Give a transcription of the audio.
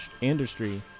industry